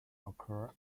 occur